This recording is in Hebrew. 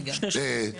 שתי שורות.